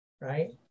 right